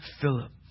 Philip